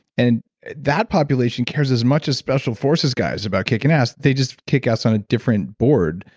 and that population carries as much as special forces guys about kicking ass. they just kick ass on a different board,